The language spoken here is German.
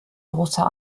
grosser